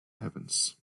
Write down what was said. heavens